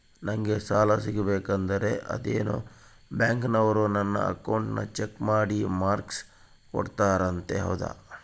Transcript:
ನಂಗೆ ಸಾಲ ಸಿಗಬೇಕಂದರ ಅದೇನೋ ಬ್ಯಾಂಕನವರು ನನ್ನ ಅಕೌಂಟನ್ನ ಚೆಕ್ ಮಾಡಿ ಮಾರ್ಕ್ಸ್ ಕೊಡ್ತಾರಂತೆ ಹೌದಾ?